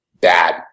bad